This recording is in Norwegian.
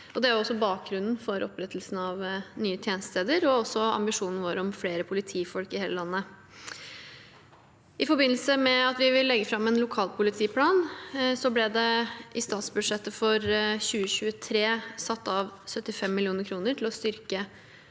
Det er også bakgrunnen for opprettelsen av nye tjenestesteder og ambisjonen vår om flere politifolk i hele landet. I forbindelse med at vi vil legge fram en lokalpolitiplan, ble det i statsbudsjettet for 2023 satt av 75 mill. kr til å styrke